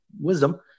wisdom